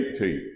18